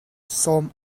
sawm